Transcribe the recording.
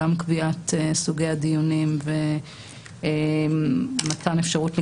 גם קביעת סוגי הדיונים ומתן אפשרות לגמישות.